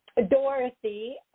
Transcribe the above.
dorothy